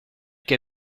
que